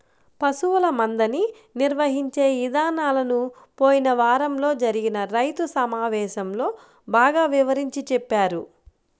పశువుల మందని నిర్వహించే ఇదానాలను పోయిన వారంలో జరిగిన రైతు సమావేశంలో బాగా వివరించి చెప్పారు